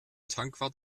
tankwart